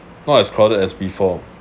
not as crowded as before